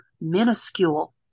minuscule